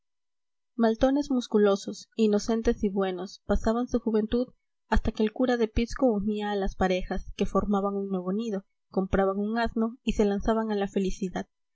maltones musculosos inocentes y buenos pasaban su juventud hasta que el cura de pisco unía a las parejas que formaban un nuevo nido compraban un asno y se lanzaban a la felicidad